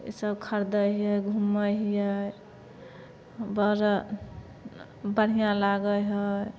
इसब खरदै हीयै घुमै हीयै बड़ा बढ़िऑं लागै है